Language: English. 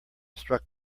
struck